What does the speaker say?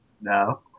No